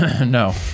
no